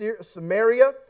Samaria